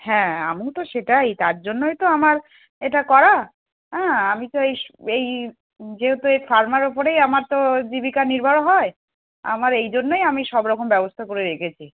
হ্যাঁ আমি তো সেটাই তার জন্যই তো আমার এটা করা অ্যাঁ আমি তো এইস এই যেহতু এই ফারমার ওপরেই আমার তো জীবিকা নির্ভর হয় আমার এই জন্যই আমি সব রকম ব্যবস্থা করে রেখেছি